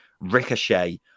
ricochet